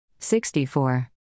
64